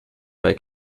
bei